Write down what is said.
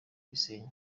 gisenyi